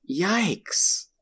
Yikes